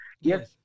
yes